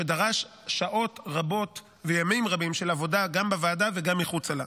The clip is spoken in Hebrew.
שדרש שעות רבות וימים רבים של עבודה גם בוועדה וגם מחוצה לה.